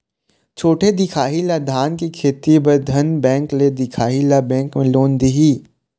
छोटे दिखाही ला धान के खेती बर धन बैंक ले दिखाही ला बैंक लोन दिही?